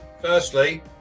firstly